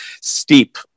steep